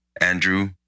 Andrew